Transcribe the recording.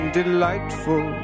delightful